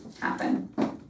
happen